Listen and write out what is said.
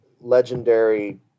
legendary